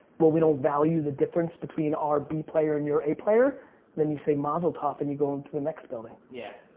well we don't value the difference between our b player and your a player then you say mazel tov and you go over and to the next building. yeah.